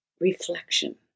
reflection